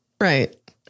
right